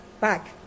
back